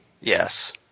Yes